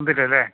current ഇല്ലല്ലേ